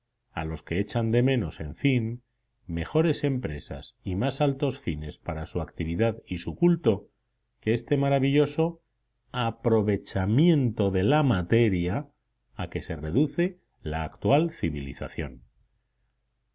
a los que echan de menos en fin mejores empresas y más altos fines para su actividad y su culto que este maravilloso aprovechamiento de la materia a que se reduce la actual civilización